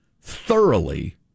thoroughly